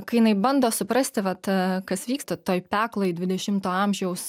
kai jinai bando suprasti vat kas vyksta toj pekloj dvidešimto amžiaus